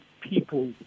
people